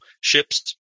ships